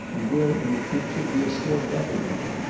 and will in the future be a still better one.